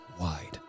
wide